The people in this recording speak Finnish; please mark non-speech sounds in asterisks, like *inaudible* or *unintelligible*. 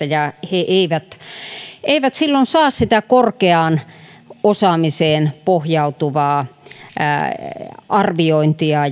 *unintelligible* ja he eivät eivät silloin saa sitä korkeaan osaamiseen pohjautuvaa arviointia *unintelligible*